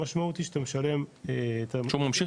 המשמעות היא שאתה משלם --- שהוא ממשיך